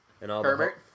Herbert